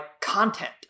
content